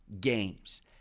games